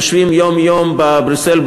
יושבים יום-יום בבריסל,